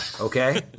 Okay